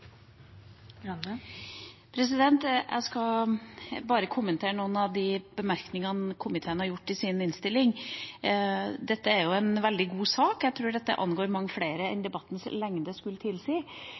skal bare kommentere noen av de bemerkningene komiteen har gjort i sin innstilling. Dette er en veldig god sak. Jeg tror dette angår mange flere enn